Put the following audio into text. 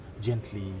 gently